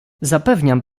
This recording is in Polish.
zapewniam